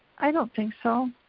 i don't think so.